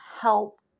help